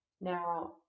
Now